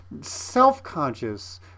self-conscious